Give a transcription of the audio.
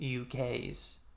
uk's